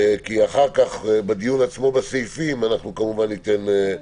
כי בדיון עצמו בסעיפים ניתן.